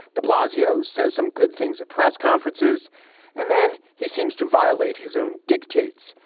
de blasio says some good things at press conferences and then he seems to violate his own dictates.